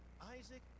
Isaac